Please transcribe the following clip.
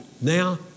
Now